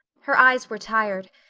her eyes were tired,